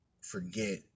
forget